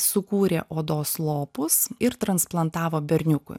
sukūrė odos lopus ir transplantavo berniukui